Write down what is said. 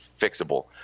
fixable